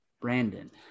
Brandon